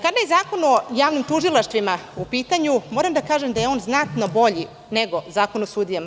Kada je Zakon o javnim tužilaštvima u pitanju, moram da kažem da je on znatno bolji nego Zakon o sudijama.